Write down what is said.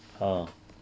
ah